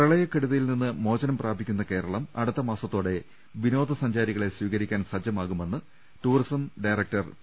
പ്രളയക്കെടുതിയിൽനിന്ന് മോചനം പ്രാപിക്കുന്ന കേരളം അടുത്തമാസത്തോടെ വിനോദസഞ്ചാരികളെ സ്വീകരിക്കാൻ സജ്ജമാകുമെന്ന് ടൂറിസംവകുപ്പ് ഡയറക്ടർ പി